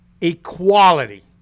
equality